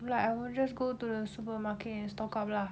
like I will just go to the supermarket and stock up lah